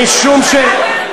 אתם מעכתם את הרמטכ"ל.